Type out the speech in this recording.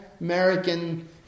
American